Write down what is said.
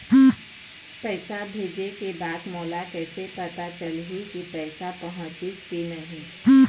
पैसा भेजे के बाद मोला कैसे पता चलही की पैसा पहुंचिस कि नहीं?